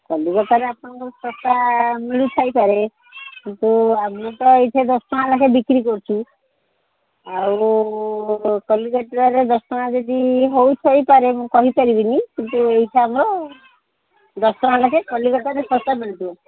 କଲିକତାରେ ଆପଣଙ୍କୁ ଶସ୍ତା ମିଳୁଥାଇପାରେ କିନ୍ତୁ ଆମର ତ ଏଇଠି ଦଶ ଟଙ୍କା ଲେଖାଏଁ ବିକ୍ରି କରୁଛୁ ଆଉ କଲିକତାରେ ଦଶ ଟଙ୍କା ଯଦି ହଉଥାଇପାରେ ମୁଁ କହିପାରିବିନି କିନ୍ତୁ ଏଇଠି ଆମର ଦଶ ଟଙ୍କା ଲେଖାଏଁ କଲିକତାରେ ଶସ୍ତା ମିଳୁଥିବ